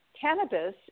cannabis